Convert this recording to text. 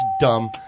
Dumb